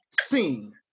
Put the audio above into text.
seen